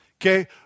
okay